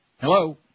Hello